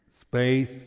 space